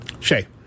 Shay